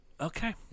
Okay